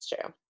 true